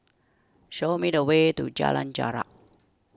show me the way to Jalan Jarak